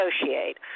negotiate